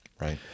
Right